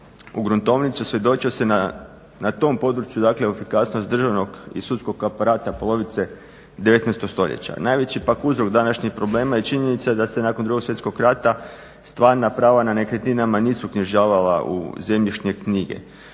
se ne razumije./… na tom području efikasnost državnog i sudskog aparata polovice 19. Stoljeća. Najveći pak uzrok današnjih problema je činjenica da se nakon Drugog svjetskog rata stvarna prava na nekretninama nisu uknjižavala u zemljišne knjige.